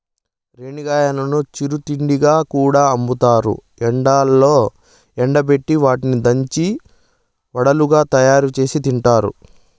రేణిగాయాలను చిరు తిండిగా కూడా అమ్ముతారు, ఎండలో ఎండబెట్టి వాటిని దంచి వడలుగా తయారుచేసి తింటారు